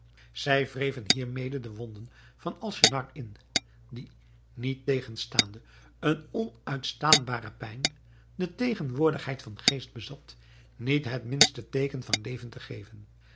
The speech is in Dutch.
zij wreven hiermede de wonden van alnaschar in die niettegenstaande een onuitstaanbaren pijn de tegenwoordigheid van geest bezat niet het minste teeken van leven te geven